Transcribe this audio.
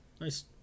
Nice